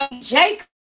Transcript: Jacob